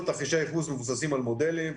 כל תרחישי הייחוס מבוססים על מודלים,